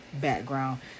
background